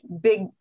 big